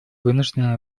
вынуждены